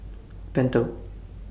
Pentel